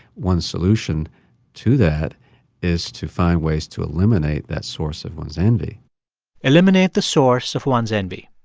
one solution to that is to find ways to eliminate that source of one's envy eliminate the source of one's envy.